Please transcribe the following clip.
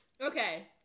Okay